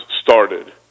started